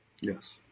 Yes